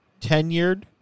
tenured